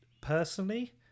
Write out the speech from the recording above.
personally